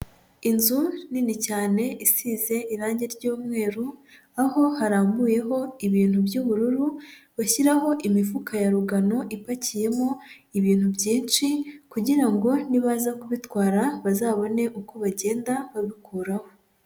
Inzu nini cyane isize irangi ry'umweru, aho harambuyeho ibintu by'ubururu bashyiraho imifuka ya rugano ipakiyemo ibintu byinshi, kugira ngo nibaza kubitwara bazabone uko bagenda babikuraho.